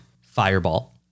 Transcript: Fireball